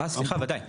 אה, סליחה, בוודאי.